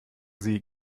sie